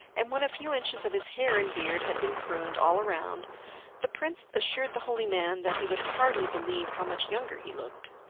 and when a few inches of his hair and beard had been pruned all round the prince assured the holy man that he would hardly believe how much younger he looked.